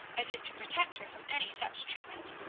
as if to protect her from any such treatment.